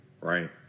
Right